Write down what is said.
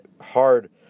hard